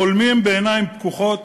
חולמים בעיניים פקוחות